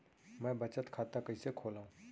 मै बचत खाता कईसे खोलव?